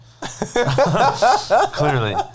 clearly